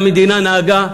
המדינה נהגה,